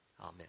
Amen